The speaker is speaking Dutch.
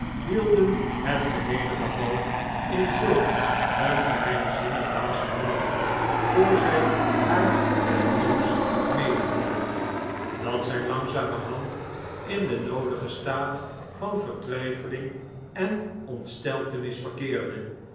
hidden het geheele geval in zulk een geheimzinnig waas gehuld voor zij haar het nieuws mededeelden dat zij langzamerhand in den noodigen staat van vertwijfeling en ontsteltenis verkeerde